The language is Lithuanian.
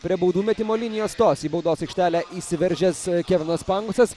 prie baudų metimo linijos stos į baudos aikštelę įsiveržęs kevinas pangosas